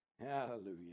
Hallelujah